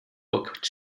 book